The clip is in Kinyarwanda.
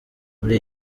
muri